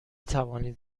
توانید